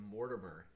Mortimer